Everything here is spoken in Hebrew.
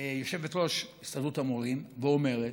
יושבת-ראש הסתדרות המורים ואומרת: